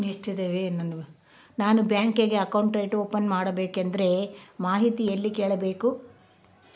ನಾನು bank account open ಮಾಡಬೇಕಂದ್ರ ಮಾಹಿತಿ ಎಲ್ಲಿ ಕೇಳಬೇಕು?